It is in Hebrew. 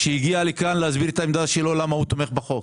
שהגיע לכאן להסביר את העמדה שלו ולומר למה הוא תומך בחוק.